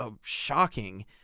shocking